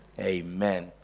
Amen